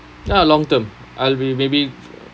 ya long term I'll be maybe